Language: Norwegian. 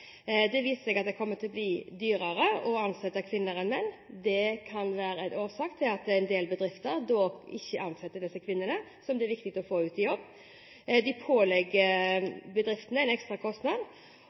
Det viser seg at det kommer til å bli dyrere å ansette kvinner enn menn. Det kan bli en årsak til at en del bedrifter ikke vil ansette disse kvinnene, som det er viktig å få ut i jobb. Det pålegger